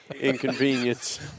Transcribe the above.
inconvenience